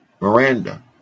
Miranda